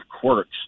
quirks